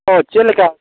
ᱚ ᱪᱮᱫ ᱞᱮᱠᱟ